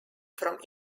from